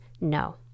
no